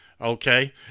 okay